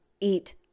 eat